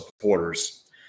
supporters